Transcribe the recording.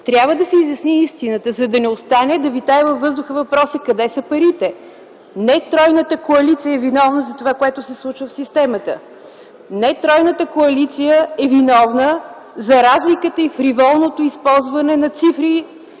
Трябва да се изясни истината, за да не остане да витае във въздуха въпросът къде са парите. Не тройната коалиция е виновна за това, което се случва в системата. Не тройната коалиция е виновна за разликата и фриволното използване на цифри